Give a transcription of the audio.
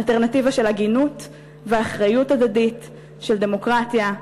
אלטרנטיבה של הגינות ואחריות הדדית של דמוקרטיה,